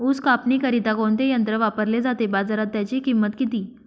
ऊस कापणीकरिता कोणते यंत्र वापरले जाते? बाजारात त्याची किंमत किती?